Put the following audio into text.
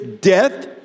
death